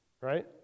Right